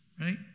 right